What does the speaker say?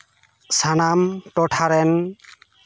ᱥᱟᱱᱟᱢ ᱴᱚᱴᱷᱟ ᱨᱮᱱ